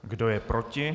Kdo je proti?